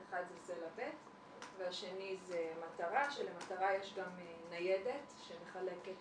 אחד זה סלע ב' והשני זה מטרה שלמטרה יש גם ניידת שמחלקת